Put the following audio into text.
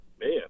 Man